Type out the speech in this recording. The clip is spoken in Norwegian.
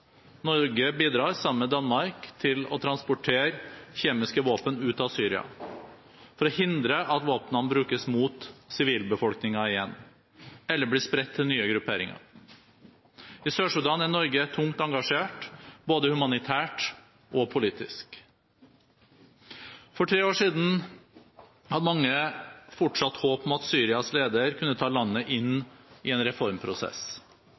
Norge bidrar – sammen med Danmark – til å transportere kjemiske våpen ut av Syria, for å hindre at våpnene brukes mot sivilbefolkningen igjen, eller blir spredt til nye grupperinger. I Sør-Sudan er Norge tungt engasjert, både humanitært og politisk. For tre år siden hadde mange fortsatt håp om at Syrias leder kunne ta landet inn i en reformprosess.